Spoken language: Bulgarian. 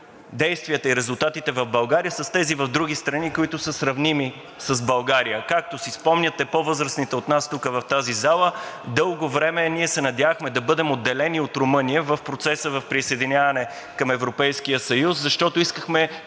действията и резултатите в България с тези в други страни, които са сравними с България. Както си спомняте – по-възрастните от нас тук в тази зала, дълго време ние се надявахме да бъдем отделени от Румъния в процеса при присъединяване към Европейския съюз, защото искахме